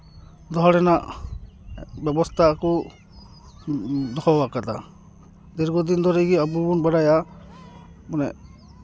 ᱫᱚᱦᱚ ᱨᱮᱱᱟᱜ ᱵᱮᱵᱚᱥᱛᱷᱟ ᱠᱚ ᱫᱚᱦᱚ ᱟᱠᱟᱫᱟ ᱫᱤᱨᱜᱷᱚ ᱫᱤᱱ ᱫᱷᱚᱨᱮ ᱜᱮ ᱟᱵᱚ ᱵᱚᱱ ᱵᱟᱲᱟᱭᱟ ᱢᱟᱱᱮ